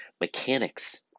mechanics